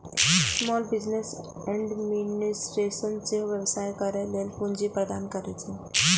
small business administration सेहो व्यवसाय करै लेल पूंजी प्रदान करै छै